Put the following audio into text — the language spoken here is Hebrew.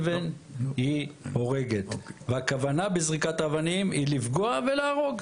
אבן היא הורגת והכוונה בזריקת אבנים היא לפגוע ולהרוג,